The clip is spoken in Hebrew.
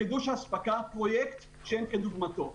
לחידוש אספקה, פרויקט שאין כדוגמתו.